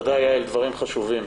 תודה יעל, דברים חשובים.